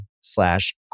slash